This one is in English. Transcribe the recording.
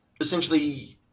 essentially